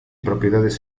propiedades